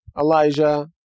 Elijah